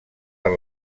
per